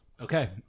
Okay